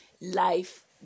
life